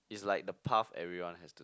it's like the path everyone has to